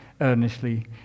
earnestly